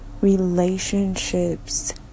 relationships